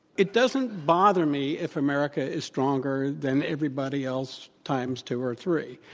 it doesn't bother me if america is stronger than everybody else times two or three.